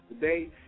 today